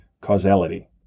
causality